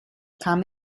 kam